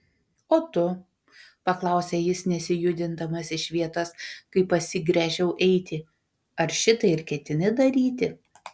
o tu paklausė jis nesijudindamas iš vietos kai pasigręžiau eiti ar šitai ir ketini daryti